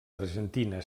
argentina